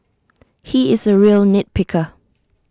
he is A real nit picker